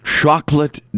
chocolate